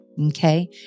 Okay